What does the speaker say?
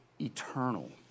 eternal